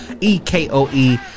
E-K-O-E